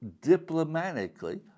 diplomatically